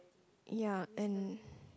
ya and